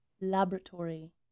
laboratory